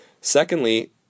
Secondly